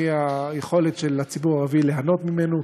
והיכולת של הציבור הערבי ליהנות ממנו,